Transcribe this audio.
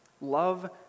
Love